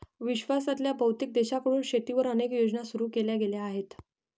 विश्वातल्या बहुतेक देशांकडून शेतीवर अनेक योजना सुरू केल्या गेल्या आहेत